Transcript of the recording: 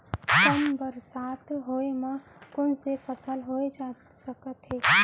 कम बरसात होए मा कौन से फसल लेहे जाथे सकत हे?